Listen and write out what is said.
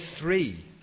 three